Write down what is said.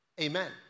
Amen